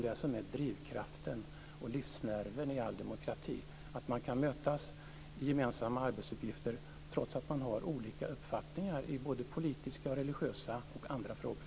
Drivkraften och livsnerven i all demokrati är att man kan mötas i gemensamma arbetsuppgifter trots att man har olika uppfattningar i både politiska och religiösa och andra frågor.